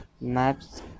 maps